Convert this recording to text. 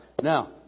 Now